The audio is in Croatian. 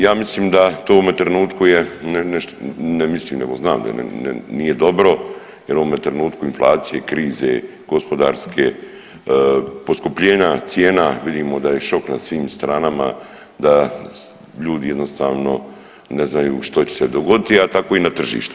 Ja mislim da tome trenutku je, ne mislim nego znam da nije dobro jer u ovome trenutku inflacije, krize gospodarske, poskupljenja cijena vidimo da je šok na svim stranama, da ljudi jednostavno ne znaju što će se dogoditi, a tako je i na tržištu.